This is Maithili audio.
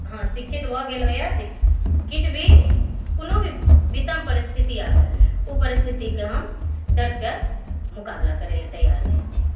हँ शिक्षित भए गेल हुए जे किछु भी कोनो भी बिषम परिस्थिति आबए ओ परिस्थितिके हम डटिकऽ मुकाबला करै ला तैयार रहै छी